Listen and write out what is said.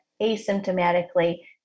asymptomatically